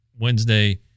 Wednesday